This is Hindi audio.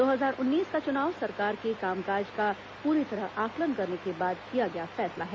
दो हजार उन्नीस का चुनाव सरकार के कामकाज का पूरी तरह आंकलन करने के बाद किया गया फैसला है